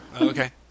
okay